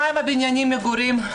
מה עם בנייני מגורים?